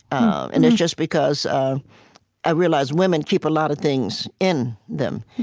um and it's just because i realize women keep a lot of things in them.